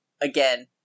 Again